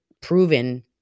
proven